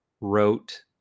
wrote